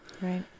Right